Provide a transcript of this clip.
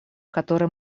которые